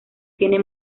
tiene